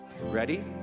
Ready